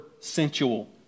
sensual